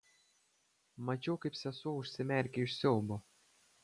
mačiau kaip sesuo užsimerkia iš siaubo